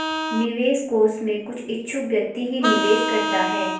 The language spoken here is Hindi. निवेश कोष में कुछ इच्छुक व्यक्ति ही निवेश करता है